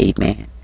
amen